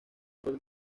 propio